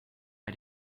bei